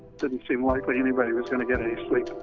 didn't seem likely anybody was going to get any sleep.